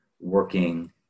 working